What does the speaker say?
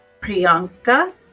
Priyanka